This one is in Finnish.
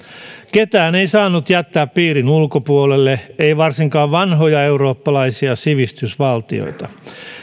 ketään ei saanut jättää piirin ulkopuolelle ei varsinkaan vanhoja eurooppalaisia sivistysvaltioita